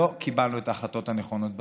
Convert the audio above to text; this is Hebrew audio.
לא קיבלנו את ההחלטות הנכונות בזמן,